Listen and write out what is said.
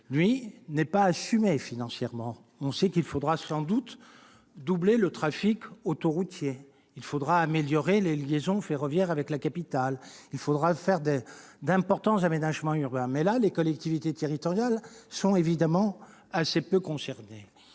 lui, n'est pas assumé financièrement. On le sait, il faudra sans doute doubler le trafic autoroutier, améliorer les liaisons ferroviaires avec la capitale et réaliser d'importants aménagements urbains. Mais là, les collectivités territoriales sont évidemment assez peu associées.